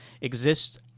exists